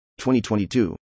2022